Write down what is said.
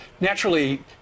naturally